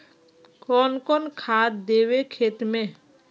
कौन कौन खाद देवे खेत में?